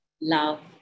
love